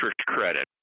credit